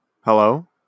Hello